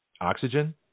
Oxygen